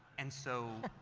and so